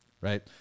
right